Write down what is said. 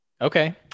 Okay